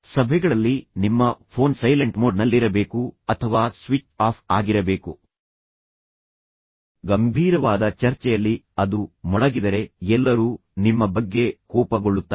ಸಭೆಗಳಲ್ಲಿ ನಿಮ್ಮ phone silent ಮೋಡ್ನಲ್ಲಿರಬೇಕು ಅಥವಾ ಸ್ವಿಚ್ ಆಫ್ ಆಗಿರಬೇಕು ಗಂಭೀರವಾದ ಚರ್ಚೆಯಲ್ಲಿ ಅದು ಮೊಳಗಿದರೆ ಎಲ್ಲರೂ ನಿಮ್ಮ ಬಗ್ಗೆ ಕೋಪಗೊಳ್ಳುತ್ತಾರೆ